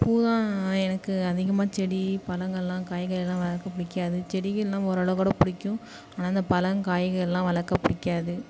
பூதான் எனக்கு அதிகமாக செடி பழங்கள்லாம் காய்கறில்லாம் வளர்க்க பிடிக்காது செடிகள்லாம் ஓரளவு கூட பிடிக்கும் ஆனால் அந்த பழம் காய்கள்லாம் வளர்க்க பிடிக்காது